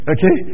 Okay